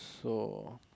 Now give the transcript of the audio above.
so